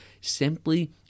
simply